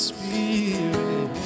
Spirit